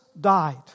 died